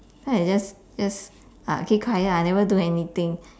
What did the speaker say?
then I just just uh keep quiet lah never do anything